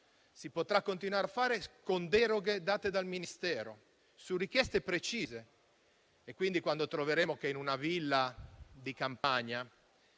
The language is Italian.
si potrà continuare a fare, con deroghe date dal Ministero, su richieste precise. Quindi, quando in una villa di campagna,